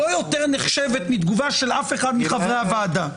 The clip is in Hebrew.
יותר נחשבים מתגובה של אף אחד מחברי הוועדה.